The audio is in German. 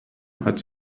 hat